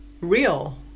real